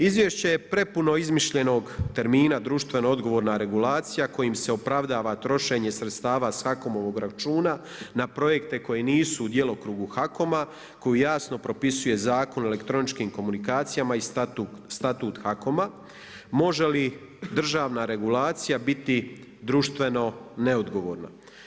Izvješće je prepuno izmišljenog termina društveno odgovorna regulacija kojim se opravda trošenje sredstava sa HAKOM-ovog računa na projekte koji nisu u djelokrugu HAKOM-a, koji jasno propisuje Zakon o elektroničkim komunikacijama i statut HAKOM-a, može li državna regulacija biti društveno neodgovorno.